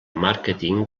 màrqueting